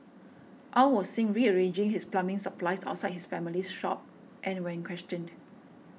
Aw was seen rearranging his plumbing supplies outside his family's shop and when questioned